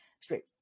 straight